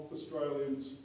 Australians